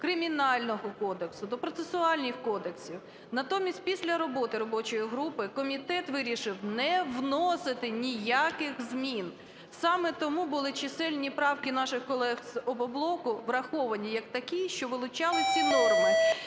Кримінального кодексу, до процесуальних кодексів. Натомість після роботи робочої групи комітет вирішив не вносити ніяких змін. Саме тому були чисельні правки наших колег з "Опоблоку" враховані як такі, що вилучали ці норми.